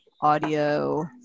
audio